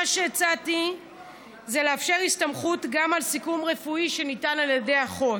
מה שהצעתי זה לאפשר הסתמכות גם על סיכום רפואי שניתן על ידי אחות.